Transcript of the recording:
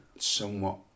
somewhat